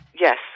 Yes